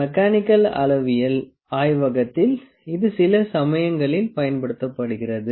mechanical அளவியல் ஆய்வகத்தில் இது சில சமயங்களில் பயன்படுத்தப்படுகிறது